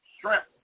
shrimp